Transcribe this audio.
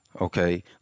Okay